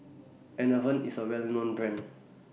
Enervon IS A Well known Brand